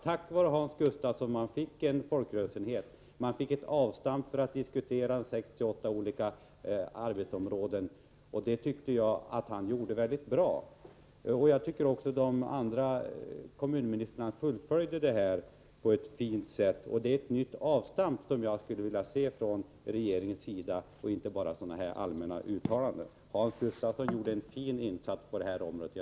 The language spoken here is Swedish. Tack vare honom blev det en folkrörelseenhet. Det innebar ett avstamp för diskussioner på sex till åtta olika arbetsområden. Jag tycker alltså att han gjorde ett bra arbete. Även de andra kommunministrarna fullföljde uppgiften på ett fint sätt. Vad jag således skulle vilja se från regeringens sida är ett nytt avstamp och inte bara allmänna uttalanden. Hans Gustafsson gjorde, som sagt, en fin insats på detta område.